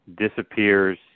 disappears